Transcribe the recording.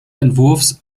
entwurfs